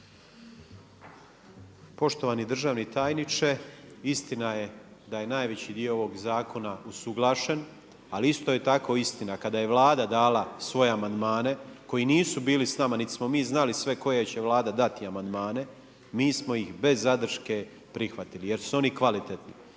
Poštovani državni tajniče, istina je da je najveći dio ovog zakona usuglašen, ali isto je tako istina kada je Vlada dala svoje amandmane koji nisu bili s nama niti smo mi znali sve koje će Vlada dati amandmane, mi smo ih bez zadrške prihvatili jer su oni kvalitetni.